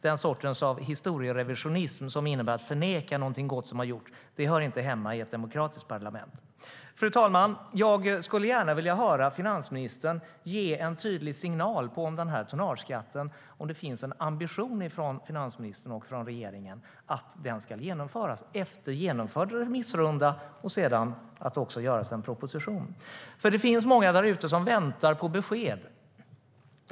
Den sortens historierevisionism som innebär att man förnekar något gott som har gjorts hör inte hemma i ett demokratiskt parlament. Fru talman! Jag skulle gärna vilja höra finansministern ge en tydlig signal om huruvida det finns en ambition hos finansministern och regeringen att genomföra tonnageskatten och om det blir en proposition efter avslutad remissrunda. Det finns många där ute som väntar på besked.